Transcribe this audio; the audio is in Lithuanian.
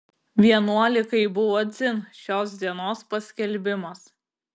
vienuolikai buvo dzin šios dienos paskelbimas